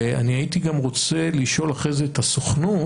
ואני הייתי גם רוצה לשאול אחרי זה את הסוכנות,